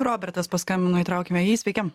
robertas paskambino įtraukiame jį sveiki